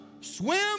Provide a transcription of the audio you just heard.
swim